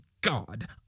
God